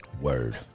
Word